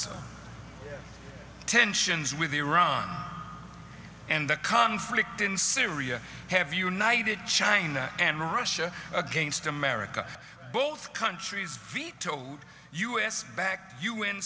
l tensions with iran and the conflict in syria have united china and russia against america both countries vetoed u s back